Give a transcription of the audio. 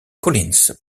collins